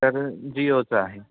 तर जिओचा आहे